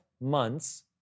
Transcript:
months